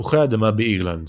תפוח האדמה באירלנד